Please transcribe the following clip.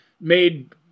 made